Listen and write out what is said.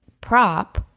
prop